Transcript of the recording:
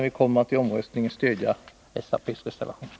Vi kommer i omröstningen att stödja den socialdemokratiska reservationen.